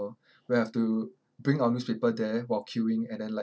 we have to bring our newspaper there while queuing and then like